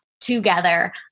together